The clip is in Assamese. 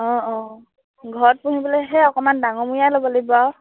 অঁ অঁ ঘৰত পুহিবলৈহে অকণমান ডাঙৰমূৰীয়াই ল'ব লাগিব আৰু